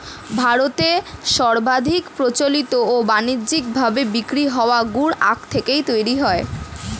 ভারতে সর্বাধিক প্রচলিত ও বানিজ্যিক ভাবে বিক্রি হওয়া গুড় আখ থেকেই তৈরি হয়